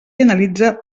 analitza